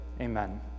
Amen